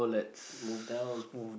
move down